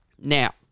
Now